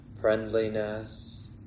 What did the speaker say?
friendliness